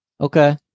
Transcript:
Okay